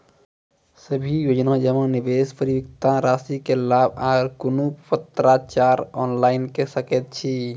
सभे योजना जमा, निवेश, परिपक्वता रासि के लाभ आर कुनू पत्राचार ऑनलाइन के सकैत छी?